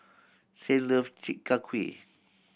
Saint love Chi Kak Kuih